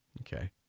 okay